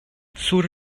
sur